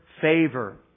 favor